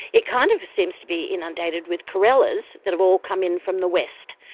it kind of seems to be inundated with corellas that have all come in from the west,